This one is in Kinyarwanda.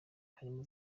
harimo